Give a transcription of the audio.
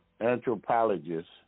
anthropologists